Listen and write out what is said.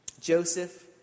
Joseph